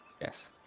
Yes